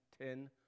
ten